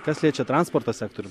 kas liečia transporto sektorių